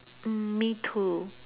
mm me too